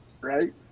right